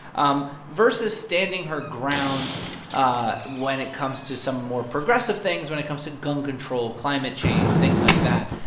um versus standing her ground ah when it comes to some more progressive things, when it comes to gun control, climate change, things like that,